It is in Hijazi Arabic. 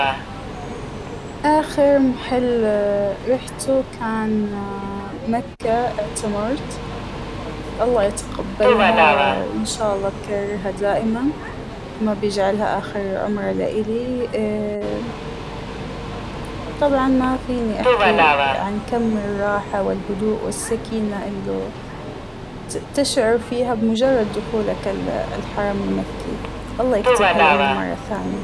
آخر محل رحته كان اا- مكة أعتمرت الله يتقبلها وإن شاء الله بكررها دائماً، ما بيجعلها آخر عمرة لإلى ، اا- طبعاً ما فينى أحكى عن كم مرة حول الهدوء والسكينة إلوا تشعر فيها بمجرد دخولك ال - الحرم المكى ، الله يكتبها لإلنا مرة ثانية.